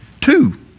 Two